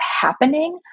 happening